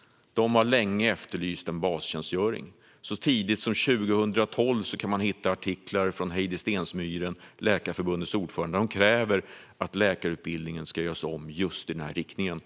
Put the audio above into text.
- länge har efterlyst en bastjänstgöring. Så tidigt som 2012 kan man hitta artiklar från Heidi Stensmyren, Läkarförbundets ordförande, där hon kräver att läkarutbildningen ska göras om just i denna riktning.